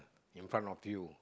in front of you